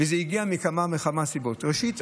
וזה הגיע מכמה וכמה סיבות: ראשית,